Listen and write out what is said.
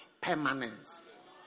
permanence